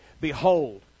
Behold